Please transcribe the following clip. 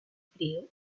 frío